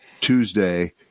tuesday